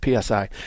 PSI